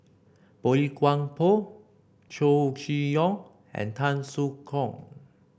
Boey Chuan Poh Chow Chee Yong and Tan Soo Khoon